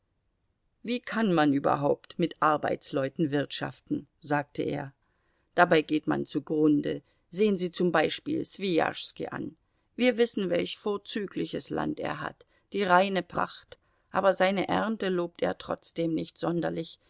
wie kann man überhaupt mit arbeitsleuten wirtschaften sagte er dabei geht man zugrunde sehen sie zum beispiel swijaschski an wir wissen welch vorzügliches land er hat die reine pracht aber seine ernte lobt er trotzdem nicht sonderlich